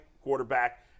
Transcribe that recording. quarterback